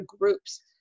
groups